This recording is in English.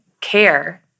care